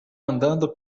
andando